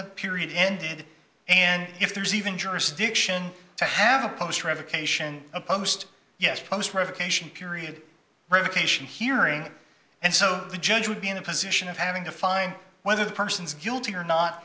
the period ended and if there's even jurisdiction to have a post revocation a post yes post revocation period revocation hearing and so the judge would be in the position of having to find whether the person is guilty or not